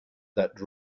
that